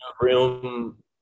room